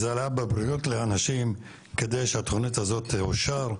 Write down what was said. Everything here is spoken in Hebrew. זה עלה בבריאות לאנשים כדי שהתוכנית הזאת תאושר,